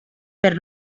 per